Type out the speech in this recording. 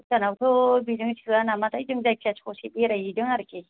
भुटानावथ' बेजों सोआ नामाथाय जों ससे बेरायहैदों आरोखि